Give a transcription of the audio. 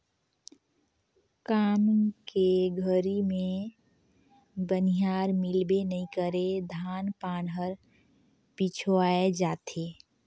काम के घरी मे बनिहार मिलबे नइ करे धान पान हर पिछवाय जाथे